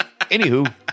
Anywho